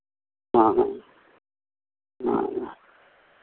हाँ हाँ हाँ